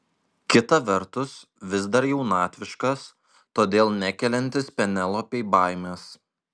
kita vertus vis dar jaunatviškas todėl nekeliantis penelopei baimės